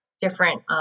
different